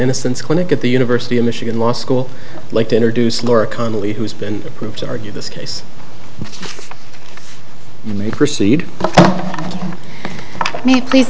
innocence clinic at the university of michigan law school like to introduce laura connelly who's been approved to argue this case may proceed may please